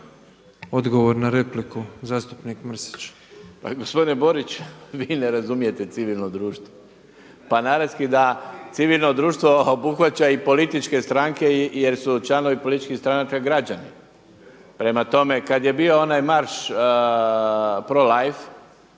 Odgovor na repliku zastupnik Mrsić.